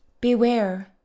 BEWARE